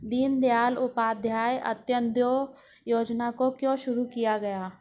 दीनदयाल उपाध्याय अंत्योदय योजना को क्यों शुरू किया गया?